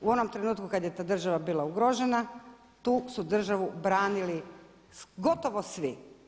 U onom trenutku kada je ta država bila ugrožena, tu su državu branili gotovo svi.